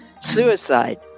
suicide